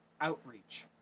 outreach